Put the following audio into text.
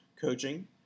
coaching